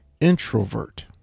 Introvert